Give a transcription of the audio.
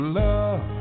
love